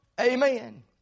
Amen